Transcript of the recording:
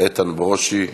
איתן ברושי,